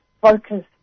focus